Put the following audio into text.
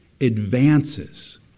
advances